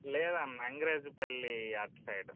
లేదన్న అంగిరాజుపల్లి అటు సైడ్